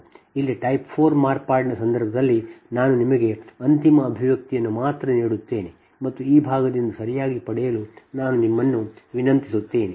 ಆದ್ದರಿಂದ ಇಲ್ಲಿ ಟೈಪ್ 4 ಮಾರ್ಪಾಡಿನ ಸಂದರ್ಭದಲ್ಲಿ ನಾನು ನಿಮಗೆ ಅಂತಿಮ ಅಭಿವ್ಯಕ್ತಿಯನ್ನು ಮಾತ್ರ ನೀಡುತ್ತೇನೆ ಮತ್ತು ಈ ಭಾಗವನ್ನು ಸರಿಯಾಗಿ ಪಡೆಯಲು ನಾನು ನಿಮ್ಮನ್ನು ವಿನಂತಿಸುತ್ತೇನೆ